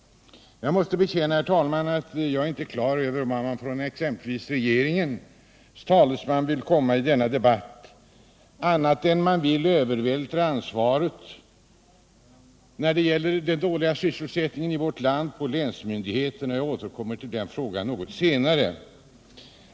Jag måste erkänna, herr talman, att jag inte är på det klara med vart exempelvis regeringens talesman vill komma i denna debatt. Jag kan inte förstå annat än att man vill övervältra ansvaret när det gäller den dåliga sysselsättningen i vårt land på länsmyndigheterna, och jag återkommer till den frågan något senare.